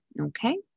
okay